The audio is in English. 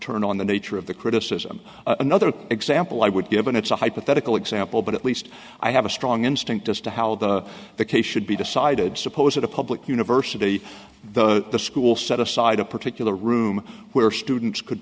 turn on the nature of the criticism another example i would give and it's a hypothetical example but at least i have a strong instinct as to how the the case should be decided suppose at a public university the school set aside a particular room where students could